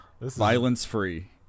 Violence-free